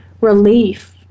relief